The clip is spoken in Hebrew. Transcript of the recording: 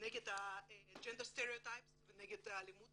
נגד Gender Stereotypes ונגד אלימות